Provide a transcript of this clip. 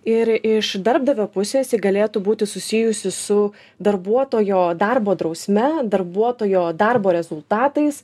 ir iš darbdavio pusės ji galėtų būti susijusi su darbuotojo darbo drausme darbuotojo darbo rezultatais